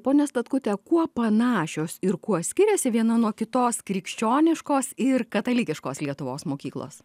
ponia statkute kuo panašios ir kuo skiriasi viena nuo kitos krikščioniškos ir katalikiškos lietuvos mokyklos